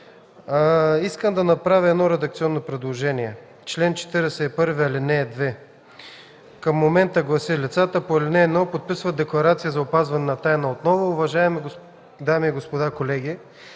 Искам да направя едно редакционно предложение в чл. 41, ал. 2, която към момента гласи: „Лицата по ал. 1 подписват декларация за опазване на тайна”. Отново, уважаеми дами и господа, колеги,